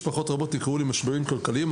משפחות רבות נקלעו למשברים כלכליים.